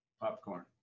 Popcorn